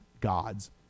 God's